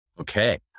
Okay